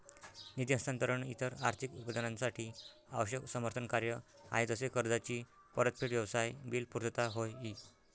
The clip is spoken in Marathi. निधी हस्तांतरण इतर आर्थिक उत्पादनांसाठी आवश्यक समर्थन कार्य आहे जसे कर्जाची परतफेड, व्यवसाय बिल पुर्तता होय ई